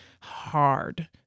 hard